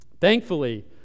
Thankfully